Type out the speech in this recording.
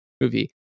movie